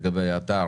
בנוגע לאתר